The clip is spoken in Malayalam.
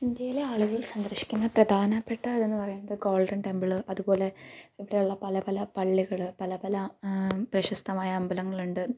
ഇന്ത്യയിലെ ആളുകൾ സന്ദർശിക്കുന്ന പ്രധാപ്പെട്ട ഇതെന്ന് പറയുന്നത് ഗോൾഡൻ ടെംപിള് അതുപോലെ ഇവിടെയുള്ള പല പല പള്ളികള് പല പല പ്രശസ്തമായ അമ്പലങ്ങളുണ്ട്